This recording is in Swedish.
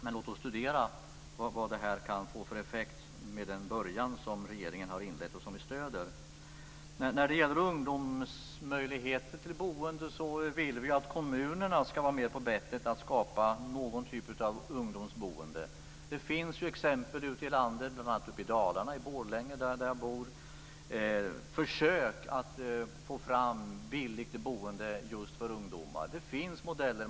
Men låt oss studera vad det här kan få för effekt med den början som regeringen har inlett och som vi stöder. När det gäller ungdomars möjligheter till boende vill vi att kommunerna ska vara mer på bettet för att skapa någon typ av ungdomsboende. Det finns ju exempel ute i landet, bl.a. uppe i Dalarna, i Borlänge där jag bor, på försök att få fram billigt boende just för ungdomar. Det finns modeller.